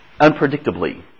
unpredictably